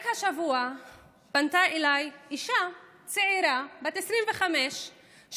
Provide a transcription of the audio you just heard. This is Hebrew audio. רק השבוע פנתה אליי אישה צעירה בת 25 שהותקפה,